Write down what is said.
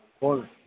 ꯍꯣꯏ